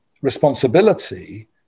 responsibility